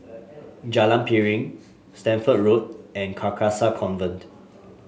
Jalan Piring Stamford Road and Carcasa Convent